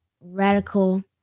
radical